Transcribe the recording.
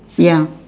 ya